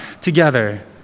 together